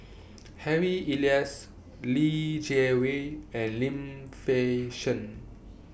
Harry Elias Li Jiawei and Lim Fei Shen